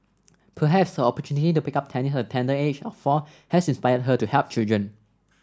perhaps her opportunity to pick up tennis at the tender age of four has inspired her to help children